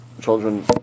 children